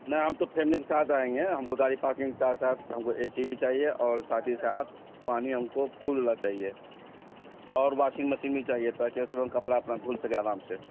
نہ ہم تو فیملی کے ساتھ آئیں گے ہم گوداری پارکنگ کے ساتھ ساتھ ہم کو ا سی بھی چاہیے اور ساتھ ہی ساتھ پانی ہم کو کول والا چاہیے اور واشنگ مشین بھی چاہیے تاکہ اس میں ہم کپڑا اپنا دھل سکے آرام سے